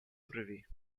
brwi